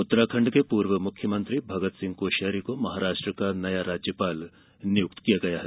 उत्तराखण्ड के पूर्व मुख्यमंत्री भगत सिंह कोश्यारी को महाराष्ट्र का नया राज्यपाल नियुक्त किया गया है